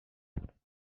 accomplit